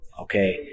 okay